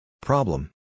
Problem